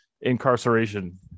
incarceration